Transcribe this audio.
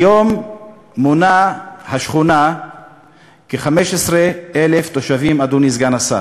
היום מונה השכונה כ-15,000 תושבים, אדוני סגן השר.